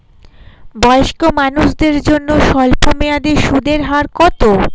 বয়স্ক মানুষদের জন্য স্বল্প মেয়াদে সুদের হার কত?